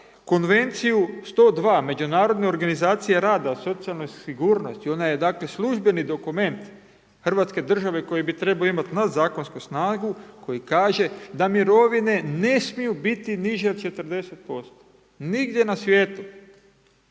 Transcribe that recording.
konvenciju 102 međunarodne organizacije rada o socijalnoj sigurnosti. Ona je dakle, službeni dokument Hrvatske države koje bi trebao imati na zakonsku snagu koji kaže da mirovine ne smiju biti niže od 40%. Nigdje na svijetu.